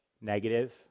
negative